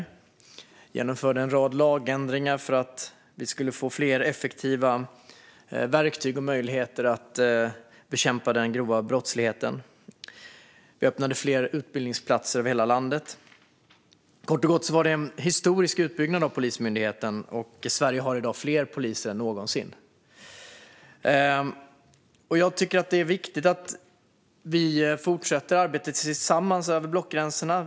Vi genomförde en rad lagändringar för att få fler effektiva verktyg och möjligheter att bekämpa den grova brottsligheten. Vi öppnade fler utbildningsplatser över hela landet. Kort och gott var det en historisk utbyggnad av Polismyndigheten, och Sverige har i dag fler poliser än någonsin. Det är viktigt att fortsätta arbetet tillsammans över blockgränserna.